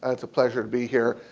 ah it's a pleasure to be here.